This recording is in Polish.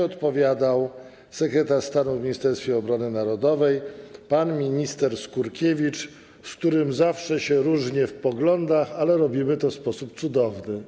Odpowiadał będzie sekretarz stanu w Ministerstwie Obrony Narodowej pan minister Skurkiewicz, z którym zawsze różnimy się w poglądach, ale robimy to w sposób cudowny.